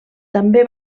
també